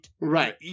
Right